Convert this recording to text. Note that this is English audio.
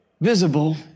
visible